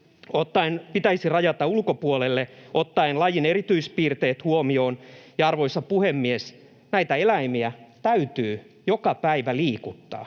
pitäisi rajata ulkopuolelle ottaen huomioon lajin erityispiirteet, ja arvoisa puhemies, näitä eläimiä täytyy joka päivä liikuttaa